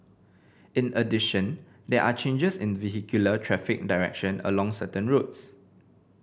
in addition there are changes in the vehicular traffic direction along certain roads